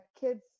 kid's